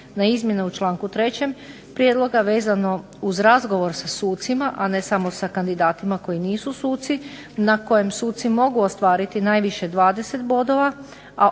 na izmjene u članku 3. prijedloga vezano uz razgovor sa sucima, a ne samo sa kandidatima koji nisu suci, na kojem suci mogu ostvariti najviše 20 bodova,